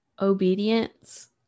obedience